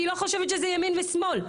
אני לא חושבת שזה ימין ושמאל,